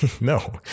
No